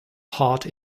heart